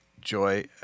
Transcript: joy